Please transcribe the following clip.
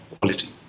quality